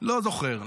לא זוכר.